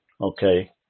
Okay